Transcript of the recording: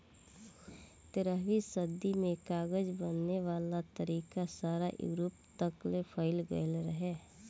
तेरहवीं सदी में कागज बनावे वाला तरीका सारा यूरोप तकले फईल गइल रहे